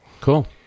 Cool